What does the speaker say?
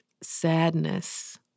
sadness